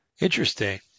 Interesting